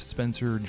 Spencer